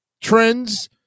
trends